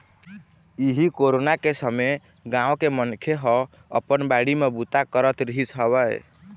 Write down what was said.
इहीं कोरोना के समे गाँव के मनखे ह अपन बाड़ी म बूता करत रिहिस हवय